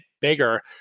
bigger